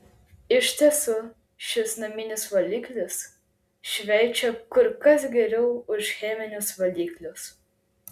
iš tiesų šis naminis valiklis šveičia kur kas geriau už cheminius valiklius